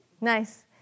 Nice